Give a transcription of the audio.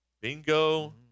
Bingo